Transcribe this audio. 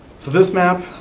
so this map,